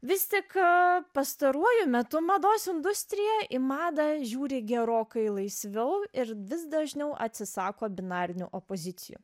vis tik pastaruoju metu mados industrija į madą žiūri gerokai laisviau ir vis dažniau atsisako binarinių opozicijų